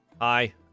Hi